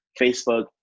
Facebook